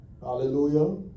Hallelujah